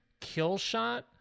Killshot